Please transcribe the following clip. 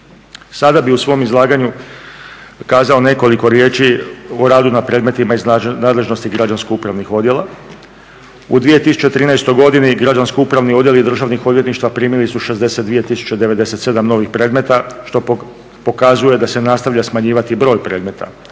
Sada bih u svom izlaganju kazao nekoliko riječi o radu na predmetima iz nadležnosti građansko upravnih odjela. U 2013. godini građansko upravni odjeli državnih odvjetništva primili su 62 tisuće 97 novih predmeta, što pokazuje da se nastavlja smanjivati broj predmeta.